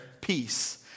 peace